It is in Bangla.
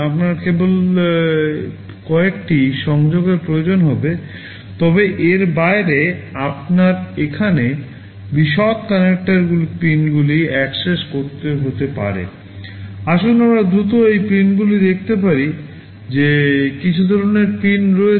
আসুন আমরা দ্রুত এই পিনগুলি দেখতে পারি যে কিছু ধরণের পিন রয়েছে